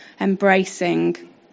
embracing